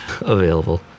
available